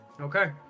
Okay